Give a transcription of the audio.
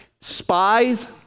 spies